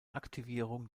aktivierung